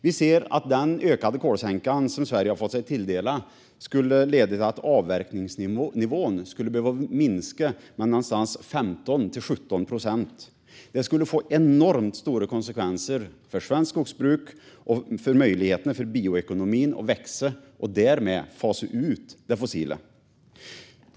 Vi anser att den ökade kolsänka som Sverige har fått sig tilldelat kan leda till att avverkningsnivån behöver minska med 15-17 procent. Det skulle få enormt stora konsekvenser för svenskt skogsbruk och för möjligheterna för bioekonomin att växa och därmed att fasa ut det fossila.